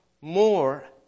more